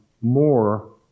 more